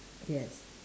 yes